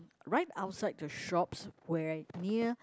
right outside the shops where near